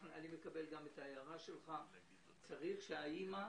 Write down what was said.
אני מקבל את ההערה שלך - צריך שהאימא,